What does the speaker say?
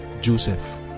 Joseph